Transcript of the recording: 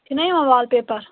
چھِ نا یِوان وال پیپَر